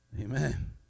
Amen